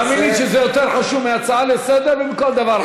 תאמין לי שזה יותר חשוב מהצעה לסדר-היום ומכל דבר.